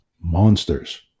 Monsters